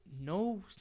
no